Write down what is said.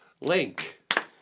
Link